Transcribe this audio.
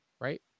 right